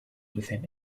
within